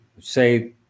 say